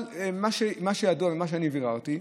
אבל מה שידוע ומה שביררתי,